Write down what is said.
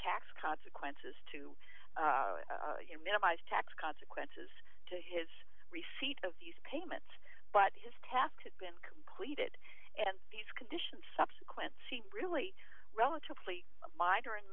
tax consequences to minimize tax consequences to his receipt of these payments but his task to been completed and these conditions subsequent seem really relatively minor